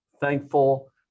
thankful